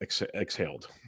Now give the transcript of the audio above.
exhaled